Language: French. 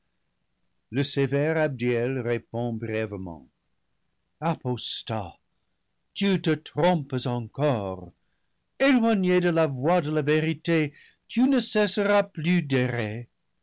le sévère abdiel répond brièvement apostat tu te trompes encore éloigné de la voie de la vérité tu ne cesseras plus